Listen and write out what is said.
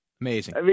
Amazing